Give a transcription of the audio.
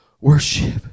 worship